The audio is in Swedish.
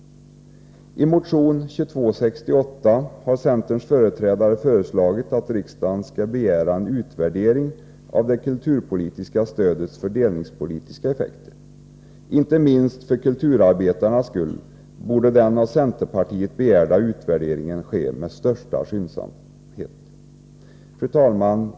I motion 2268 har centerns företrädare föreslagit att riksdagen skall begära en utvärdering av det kulturpolitiska stödets fördelningspolitiska effekter. Inte minst för kulturarbetarnas skull borde den av centerpartiet begärda utvärderingen ske med största skyndsamhet. Fru talman!